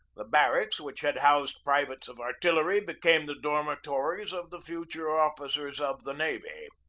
the barracks which had housed privates of artillery became the dormi tories of the future officers of the navy.